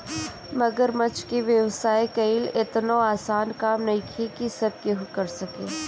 मगरमच्छ के व्यवसाय कईल एतनो आसान काम नइखे की सब केहू कर सके